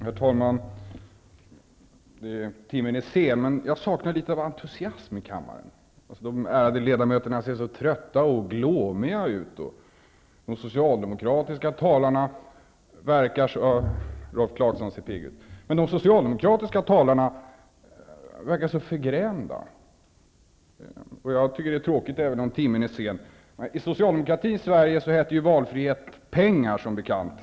Herr talman! Timmen är sen, men jag saknar litet av entusiasm i kammaren. De ärade ledamöterna ser så trötta och glåmiga ut. Rolf Clarkson ser pigg ut, men de socialdemokratiska talarna verkar så förgrämda. Jag tycker att det är tråkigt, även om timmen är sen. I Socialdemokratins Sverige hette valfrihet pengar, som bekant.